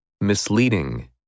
Misleading